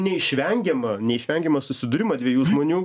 neišvengiamą neišvengiamą susidūrimą dviejų žmonių